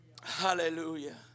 hallelujah